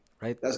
right